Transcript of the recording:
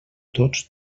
tots